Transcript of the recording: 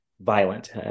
violent